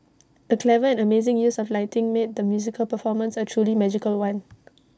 the clever and amazing use of lighting made the musical performance A truly magical one